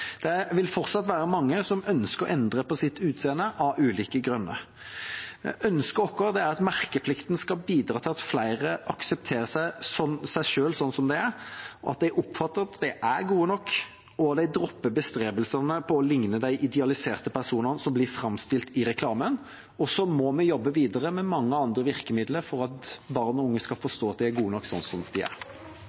Det vil fortsatt være mange som ønsker å endre på sitt utseende av ulike grunner. Ønsket vårt er at merkeplikten skal bidra til at flere aksepterer seg selv som de er, at de oppfatter at de er gode nok, og at de dropper bestrebelsene på å likne de idealiserte personene som blir framstilt i reklamen. Så må vi jobbe videre med mange andre virkemidler for at barn og unge skal forstå at de er gode nok sånn som de er.